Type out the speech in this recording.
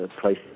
place